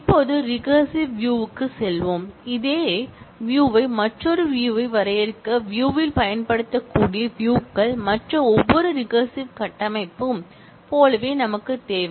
இப்போது recursive view க்கு செல்வோம் அதே வியூயை மற்றொரு வியூயை வரையறுக்க வியூயில் பயன்படுத்தக்கூடியவியூ கள் மற்ற ஒவ்வொரு ரிகரசிவ் கட்டமைப்பையும் போலவே நமக்குத் தேவை